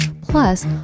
plus